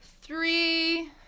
three